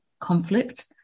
conflict